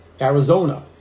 Arizona